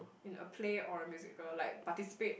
in a play or a musical like participate